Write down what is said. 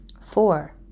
Four